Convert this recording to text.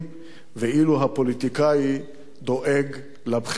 ואילו הפוליטיקאי דואג לבחירות הבאות.